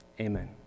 Amen